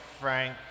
Frank